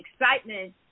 excitement